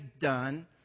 done